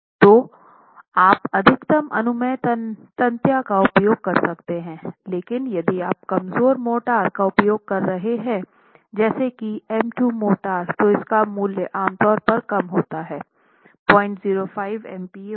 तोआप अधिकतम अनुमेय तन्यता का उपयोग कर सकते हैं लेकिन यदि आप कमजोर मोर्टार का उपयोग कर रहे हैं जैसे की M2 मोर्टार तो इसका मूल्य आमतौर पर कम होता है 005 एमपीए होगा